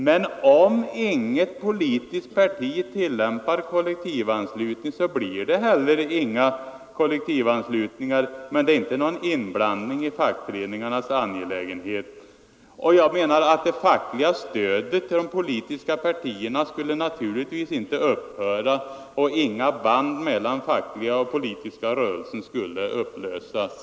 Men om inget politiskt parti tillämpar kollektivanslutning så blir det heller inga kollektivanslutningar, och det innebär inte någon inblandning i fackföreningarnas angelägenheter. Jag menar att det fackliga stödet till de politiska partierna naturligtvis inte skulle upphöra och att inga band mellan den fackliga och politiska rörelsen skulle upplösas.